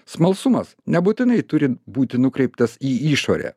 smalsumas nebūtinai turi būti nukreiptas į išorę